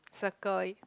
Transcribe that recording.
circle it